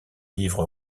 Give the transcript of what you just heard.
livre